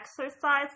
exercise